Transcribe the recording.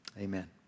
Amen